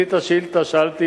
אני שאלתי את השאילתא ביולי,